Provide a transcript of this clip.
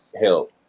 help